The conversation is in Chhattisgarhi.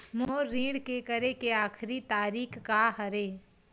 मोर ऋण के करे के आखिरी तारीक का हरे?